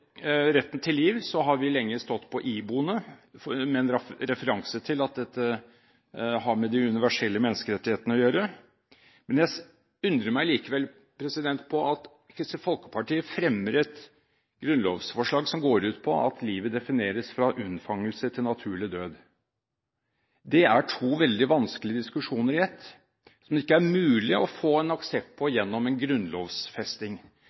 retten til liv, har vi lenge stått på «iboende», med referanse til at dette har med de universelle menneskerettighetene å gjøre, men jeg undrer meg likevel over at Kristelig Folkeparti fremmer et grunnlovsforslag som går ut på at livet defineres fra unnfangelse til naturlig død. Det er to veldig vanskelige diskusjoner i ett, som det ikke er mulig å få en aksept på